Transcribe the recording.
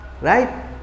Right